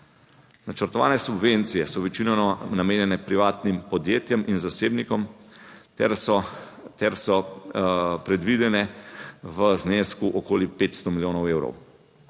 Načrtovane subvencije so večinoma namenjene privatnim podjetjem in zasebnikom, ter so predvidene v znesku okoli 500 milijonov evrov.